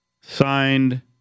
signed